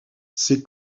ces